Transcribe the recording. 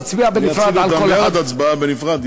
נצביע בנפרד על כל אחת.